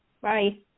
bye